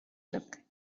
look